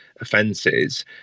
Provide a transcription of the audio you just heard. offences